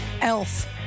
elf